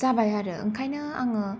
जाबाय आरो ओंखायनो आङो